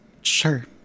Sure